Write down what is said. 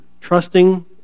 trusting